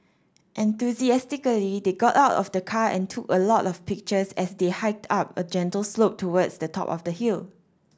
enthusiastically they got out of the car and took a lot of pictures as they hiked up a gentle slope towards the top of the hill